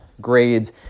grades